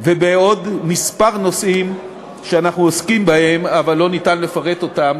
ובעוד כמה נושאים שאנחנו עוסקים בהם אבל לא ניתן לפרט אותם,